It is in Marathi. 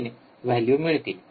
३ व्हॅल्यू मिळतील